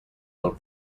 del